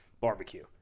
barbecue